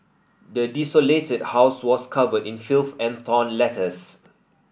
the desolated house was covered in filth and torn letters